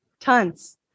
Tons